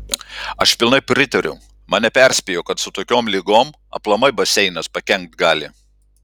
aš pilnai pritariu mane perspėjo kad su tokiom ligom aplamai baseinas pakenkt gali